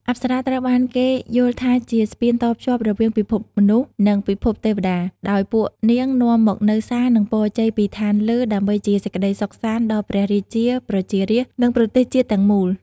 អប្សរាត្រូវបានគេយល់ថាជា ស្ពានតភ្ជាប់រវាងពិភពមនុស្ស និងពិភពទេពតា ដោយពួកនាងនាំមកនូវសារ និងពរជ័យពីឋានលើ ដើម្បីជាសេចក្ដីសុខសាន្តដល់ព្រះរាជា ប្រជារាស្ត្រ និងប្រទេសជាតិទាំងមូល។